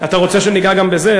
אתה רוצה שניגע גם בזה?